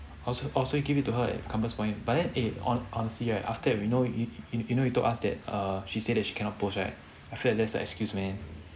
oh so oh so you give it to her at compass point but then eh honestly right after we know you you know you told us that err she said that she cannot post right I feel like that's an excuse man